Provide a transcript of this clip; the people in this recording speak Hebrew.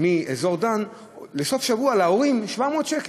מאזור דן לסופשבוע להורים זה 700 שקל.